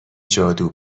جادو